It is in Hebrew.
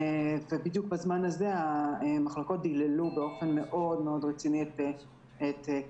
ובדיוק בזמן המחלקות דללו באופן מאוד מאוד רציני את כוח-האדם.